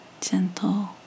gentle